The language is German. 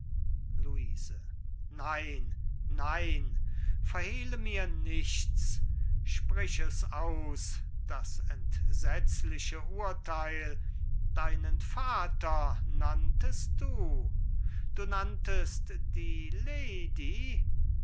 luise nein nein verhehle mir nichts sprich es aus das entsetzliche urtheil deinen vater nanntest du du nanntest die lady